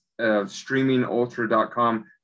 streamingultra.com